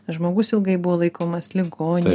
žmogus ilgai buvo laikomas ligoninėj